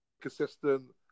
consistent